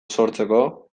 sortzeko